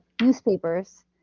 newspapers